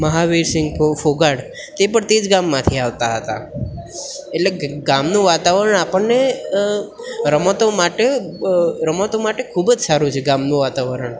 મહાવીર સિંગ ફો ફોગાટ તે પણ તે જ ગામમાંથી આવતા હતા એટલે ગામનું વાતાવરણ આપણને રમતો માટે રમતો માટે ખૂબ જ સારું છે ગામનું વાતાવરણ